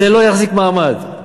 זה לא יחזיק מעמד.